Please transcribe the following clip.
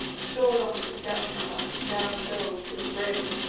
sure not the death-cup, now filled to the brim!